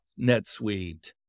NetSuite